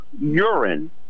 urine